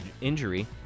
injury